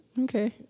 Okay